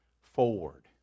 forward